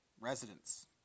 residents